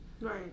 right